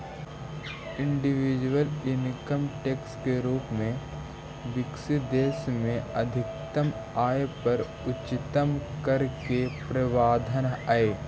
individual income tax के रूप में विकसित देश में अधिकतम आय पर उच्चतम कर के प्रावधान हई